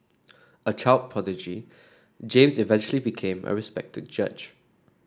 a child prodigy James eventually became a respected judge